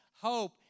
hope